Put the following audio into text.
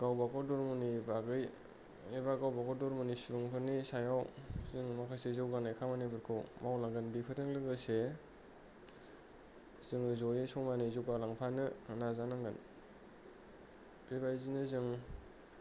गावबागाव धरम'नि बागै एबा गाव बा गाब धरम'नि सुबुंफोरनि सायाव जों माखासे जौगानाय खामानिफोरखौ मावलांगोन बेफोरजों लोगोसे जोङो जयै समानै जौगालांफानो नाजानांगोन बे बायदिनो जों